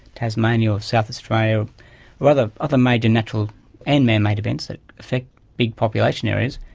tasmania or south australia or other other major natural and man-made events that affect big population areas,